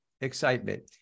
excitement